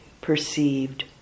perceived